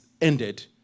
ended